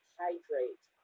hydrate